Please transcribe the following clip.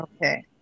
Okay